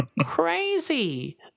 Crazy